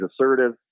assertive